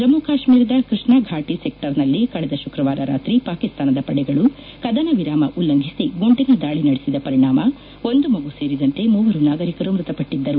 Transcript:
ಜಮ್ಮು ಕಾಶ್ಲೀರದ ಕ್ಸೆಷ್ಲಾ ಘಾಟಿ ಸೆಕ್ಸರ್ನಲ್ಲಿ ಕಳೆದ ಶುಕ್ರವಾರ ರಾತ್ರಿ ಪಾಕಿಸ್ತಾನದ ಪಡೆಗಳು ಕದನ ವಿರಾಮ ಉಲ್ಲಂಘಿಸಿ ಗುಂಡಿನ ದಾಳಿ ನಡೆಸಿದ ಪರಿಣಾಮ ಒಂದು ಮಗು ಸೇರಿದಂತೆ ಮೂವರು ನಾಗರಿಕರು ಮೃತಪಟ್ಟಿದ್ದರು